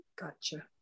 Gotcha